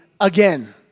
again